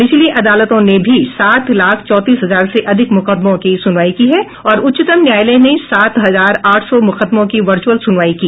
निचली अदालतों ने भी सात लाख चौंतीस हजार से अधिक मुकदमों की सुनवाई की है और उच्चतम न्यायालय ने सात हजार आठ सौ मुकदमों की वर्चअल सुनवाई की